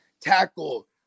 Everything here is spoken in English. tackle